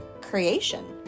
creation